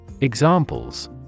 Examples